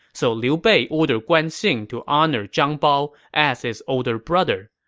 so liu bei ordered guan xing to honor zhang bao as his older brother.